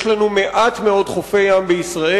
יש לנו מעט חופי ים בישראל.